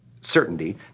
certainty